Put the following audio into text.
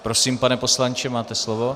Prosím, pane poslanče, máte slovo.